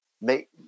make